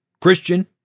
Christian